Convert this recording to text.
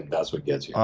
that's what gets you. oh,